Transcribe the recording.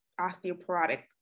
osteoporotic